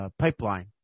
Pipeline